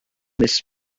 miss